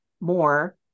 more